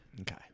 Okay